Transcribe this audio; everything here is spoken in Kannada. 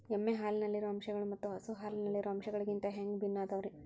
ಎಮ್ಮೆ ಹಾಲಿನಲ್ಲಿರೋ ಅಂಶಗಳು ಮತ್ತ ಹಸು ಹಾಲಿನಲ್ಲಿರೋ ಅಂಶಗಳಿಗಿಂತ ಹ್ಯಾಂಗ ಭಿನ್ನ ಅದಾವ್ರಿ?